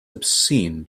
obscene